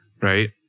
Right